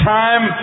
time